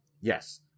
Yes